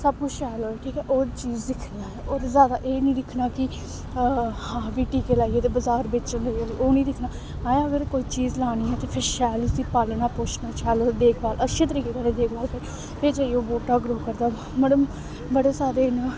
सब कुछ शैल होए ठीक ऐ ओह् चीज़ दिक्खनी असें होर जादा एह् निं दिक्खना कि अस बी टीके लाइयै ते बजार बेची ओड़चै ओह् निं दिक्खना असें अगर कोई चीज़ लानी ऐ ते फिर शैल उसी पालना पोशना शैल ओह्दी देखभाल अच्छे तरीके कन्नै फिर जाइयै ओह् बह्टा ग्रो करदा मड़ बड़े सारे इयां